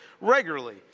regularly